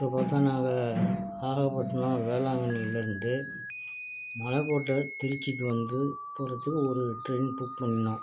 இப்போது பார்த்தா நாங்கள் நாகப்பட்டினோம் வேளாங்கண்ணிலிருந்து மலக்கோட்டை திருச்சிக்கு வந்து போகிறதுக்கு ஒரு ட்ரெயின் புக் பண்ணிணோம்